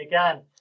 again